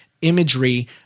imagery